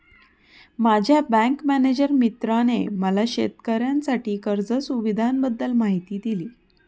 माझ्या bank manager मित्राने मला शेतकऱ्यांसाठी कर्ज सुविधांबद्दल माहिती दिली